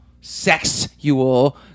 sexual